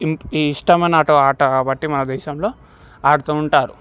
ఇష్టమైన అటువంటిఆట కాబట్టి మన దేశంలో ఆడుతూ ఉంటారు